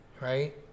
right